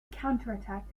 counterattack